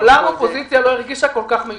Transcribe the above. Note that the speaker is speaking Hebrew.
מעולם האופוזיציה לא הרגישה כל כך מיותרת.